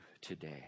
today